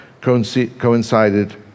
coincided